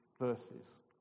verses